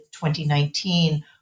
2019